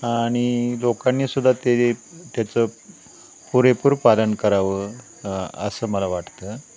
आणि लोकांनीसुद्धा ते त्याचं पुरेपूर पालन करावं असं मला वाटतं